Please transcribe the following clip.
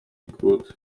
good